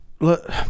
Look